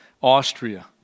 Austria